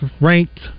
ranked